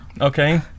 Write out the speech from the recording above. Okay